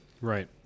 Right